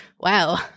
wow